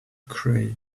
gray